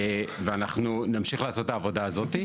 ואנחנו נמשיך לעשות את העבודה הזאת.